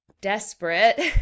desperate